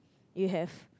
you have